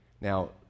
Now